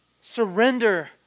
surrender